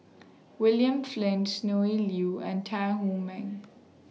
William Flint Sonny Liew and Tan Wu Meng